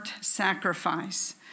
sacrifice